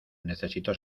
necesito